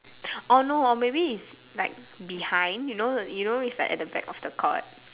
orh no or may be is like behind you know the you know reach like at the back of the court